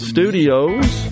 Studios